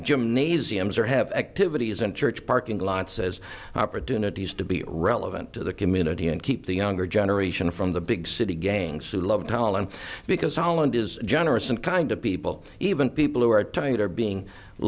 gymnasiums or have activities and church parking lots as opportunities to be relevant to the community and keep the younger generation from the big city gangs who love holland because holland is generous and kind to people even people who are tired of being